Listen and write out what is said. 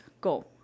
go